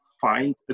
find